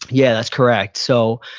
yeah, that's correct. so,